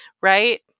right